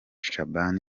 shaban